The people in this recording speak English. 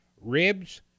ribs